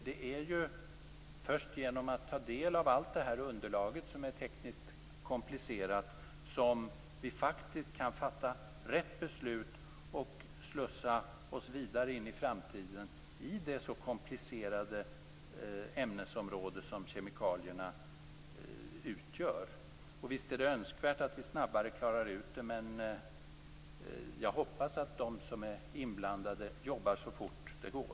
Det är först genom att ta del av allt tekniskt komplicerat underlag som vi kan fatta rätt beslut och slussa oss vidare in i framtiden i det så komplicerade ämnesområde som kemikalierna utgör. Visst är det önskvärt att vi snabbare klarar ut detta, men jag hoppas att de inblandade arbetar så fort det går.